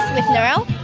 with narelle,